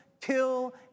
kill